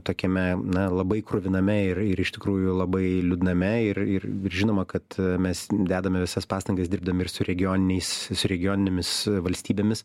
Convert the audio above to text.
tokiame na labai kruviname ir ir iš tikrųjų labai liūdname ir ir žinoma kad mes dedame visas pastangas dirbdami ir su regioniniais regioninėmis valstybėmis